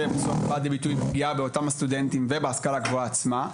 שבסופה בא לידי ביטוי בפגיעה באותם הסטודנטים ובהשכלה הגבוהה עצמה,